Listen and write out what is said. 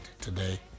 today